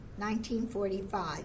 1945